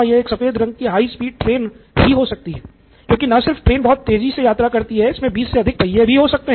यह सफ़ेद रंग की हाई स्पीड ट्रेन ही हो सकती है क्योकि न सिर्फ ट्रेन बहुत तेजी यात्रा कर सकती है इसमे बीस से अधिक पहिये भी हो सकते है